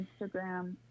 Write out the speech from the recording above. Instagram